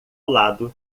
lado